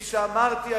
כפי שאמרתי,